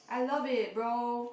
I love it bro